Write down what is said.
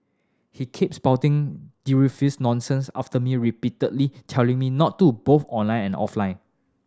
he kept spouting nonsense after me repeatedly telling me not do both online and offline